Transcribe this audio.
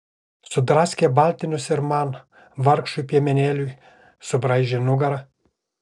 sudraskė baltinius ir man vargšui piemenėliui subraižė nugarą